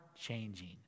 changing